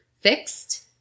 fixed